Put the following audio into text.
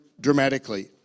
dramatically